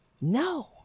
no